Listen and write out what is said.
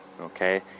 okay